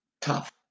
tough